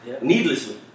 Needlessly